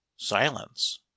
silence